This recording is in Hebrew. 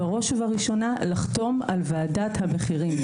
בראש ובראשונה לחתום על ועדת המחירים.